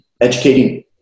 educating